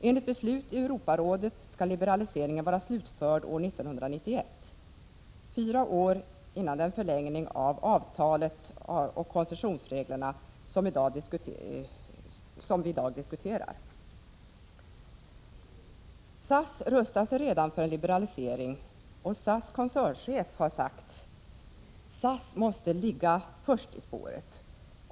Enligt Europarådet skall liberaliseringen vara slutförd år 1991, fyra år före den förlängning av avtalet och koncessionsreglerna som vi i dag diskuterar. SAS rustar sig redan för en liberalisering, och SAS koncernchef har sagt: ”SAS måste ligga först i spåret.